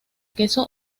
queso